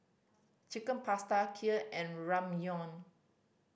Chicken Pasta Kheer and Ramyeon